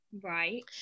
Right